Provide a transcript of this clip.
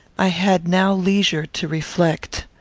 i had now leisure to reflect.